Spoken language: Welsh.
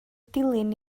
dilin